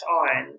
on